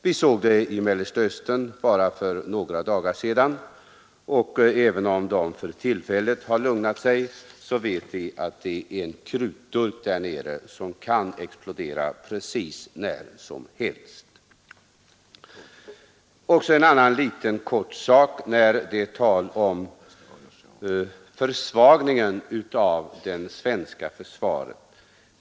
Vi såg det i Mellersta Östern för bara några dagar sedan, och även om parterna för tillfället har lugnat sig så vet vi att det området är en krutdurk som kan explodera precis när som helst. Så några ord på tal om försvagningen av det svenska försvaret.